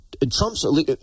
Trump's